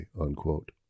unquote